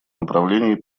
направлении